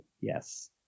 Yes